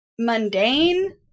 mundane